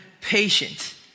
patient